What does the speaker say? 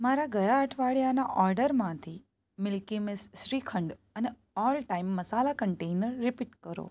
મારા ગયાં અઠવાડિયાના ઓર્ડરમાંથી મિલ્કી મીસ્ટ શ્રીખંડ અને all time masala container repeat કરો